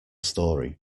story